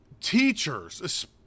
teachers